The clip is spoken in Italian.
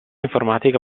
informatica